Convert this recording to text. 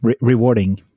rewarding